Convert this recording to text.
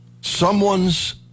Someone's